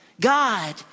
God